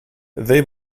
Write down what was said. they